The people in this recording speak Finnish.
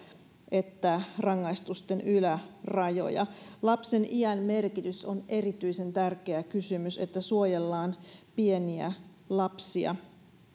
että rangaistusten ylärajoja lapsen iän merkitys on erityisen tärkeä kysymys siinä että suojellaan pieniä lapsia